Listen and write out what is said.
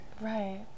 Right